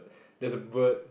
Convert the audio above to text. there's a bird